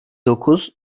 dokuz